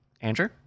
andrew